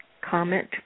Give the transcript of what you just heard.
comment